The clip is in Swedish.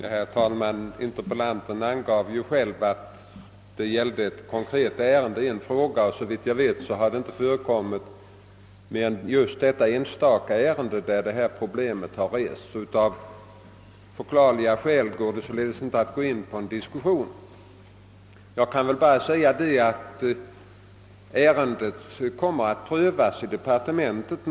Herr talman! Interpellanten angav själv att frågan gällde ett konkret ärende. Såvitt jag vet har detta problem inte uppstått i mer än ett enstaka fall. Av förklarliga skäl kan jag således inte gå in på en diskussion. Jag kan bara säga att ärendet kommer att prövas i departementet.